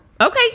Okay